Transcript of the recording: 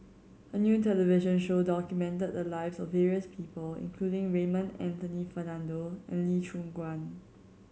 a new television show documented the lives of various people including Raymond Anthony Fernando and Lee Choon Guan